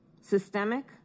Systemic